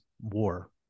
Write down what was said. war